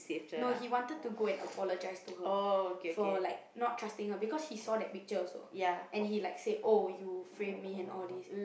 no he wanted to go and apologize to her for like not trusting her because he saw that picture also and he like say oh you frame me and all these